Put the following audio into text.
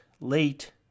late